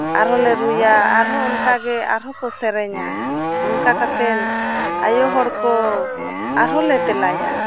ᱟᱨᱦᱚᱸ ᱞᱮ ᱨᱩᱭᱟ ᱟᱨᱦᱚᱸ ᱚᱱᱠᱟ ᱜᱮ ᱟᱨᱦᱚᱸ ᱠᱚ ᱥᱮᱨᱮᱧᱟ ᱚᱱᱠᱟ ᱠᱟᱛᱮᱫ ᱟᱭᱳ ᱦᱚᱲ ᱠᱚ ᱟᱨᱦᱚᱸ ᱞᱮ ᱛᱮᱞᱟᱭᱟ